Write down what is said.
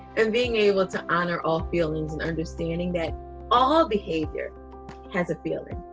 and being able to honor all feelings and understanding that all behavior has a feeling.